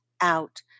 out